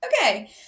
Okay